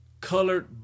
colored